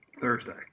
Thursday